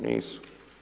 Nisu.